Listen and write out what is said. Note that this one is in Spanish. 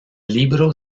libro